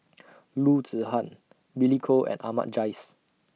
Loo Zihan Billy Koh and Ahmad Jais